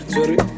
Sorry